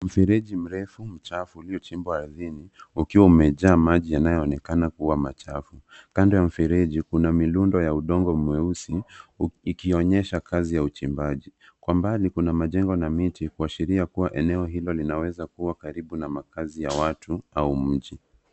Mfereji mrefu mchafu uliochimbwa ardhini, ukiwa umejaa maji yanayoonekana kuwa machafu. Kando ya mfereji kuna milundo ya udongo mweusi, ikionyesha kazi ya uchimbaji. Kwa mbali kuna majengo na miti kuashiria kuwa eneo hilo linaweza kuwa karibu na makazi ya watu au mji.